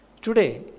Today